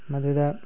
ꯃꯗꯨꯗ